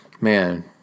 man